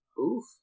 Oof